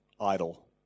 idle